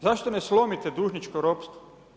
Zašto ne slomite dužničko ropstvo?